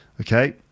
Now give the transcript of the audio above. Okay